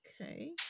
okay